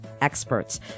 experts